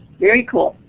very cool.